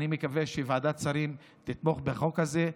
ועדת שרים תתמוך בחוק הזה.